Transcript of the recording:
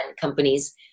companies